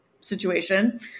situation